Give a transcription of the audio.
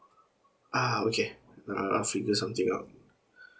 ah okay uh I'll figure something out